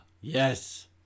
Yes